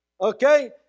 Okay